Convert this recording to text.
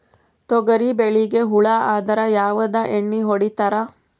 ತೊಗರಿಬೇಳಿಗಿ ಹುಳ ಆದರ ಯಾವದ ಎಣ್ಣಿ ಹೊಡಿತ್ತಾರ?